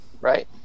Right